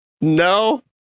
No